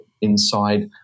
inside